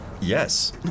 Yes